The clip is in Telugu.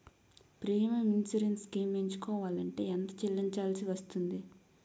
ప్రీమియం ఇన్సురెన్స్ స్కీమ్స్ ఎంచుకోవలంటే ఎంత చల్లించాల్సివస్తుంది??